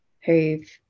who've